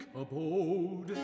abode